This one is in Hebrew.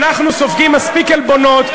אנחנו סופגים מספיק עלבונות.